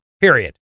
period